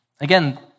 Again